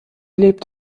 lebt